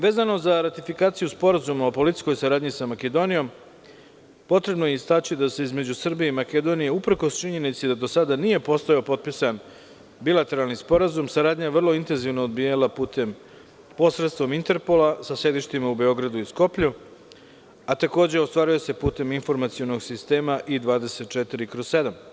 Vezano za ratifikaciju Sporazuma o policijskoj saradnji sa Makedonijom, potrebno je istaći da se između Srbije i Makedonije, uprkos činjenici da do sada nije postojao potpisan bilateralni sporazum, saradnja se vrlo intenzivno odvijala posredstvom Interpola, sa sedištima u Beogradu i Skoplju, a takođe ostvaruje se i putem informacionog sistema I 24/7.